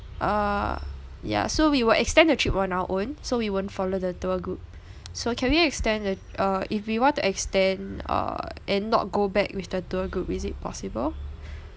uh ya so we will extend the trip on our own so we weren't follow the tour group so can we extend the uh if we want to extend uh and not go back with the tour group is it possible